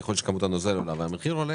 ככל שכמות הנוזל עולה והמחיר עולה